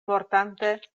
mortante